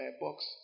box